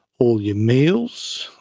all your meals,